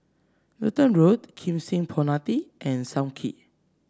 Lutheran Road Kim Seng Promenade and Sam Kee